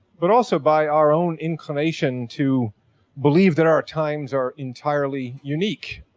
but also by our own inclination to believe that our times are entirely unique.